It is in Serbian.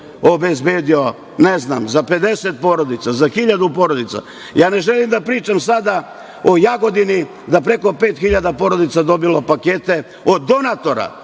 obezbedio, ne znam za 50 porodica, za hiljadu porodica. Ja ne želim da pričam sada o Jagodini, da je preko pet hiljada porodica dobilo pakete od donatora,